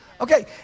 Okay